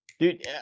Dude